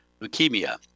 leukemia